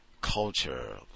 culture